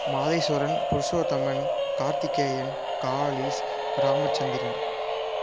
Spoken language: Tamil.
மாதேஷ்வரன் புருஷோத்தமன் கார்த்திகேயன் காளிஸ் ராமசந்திரன்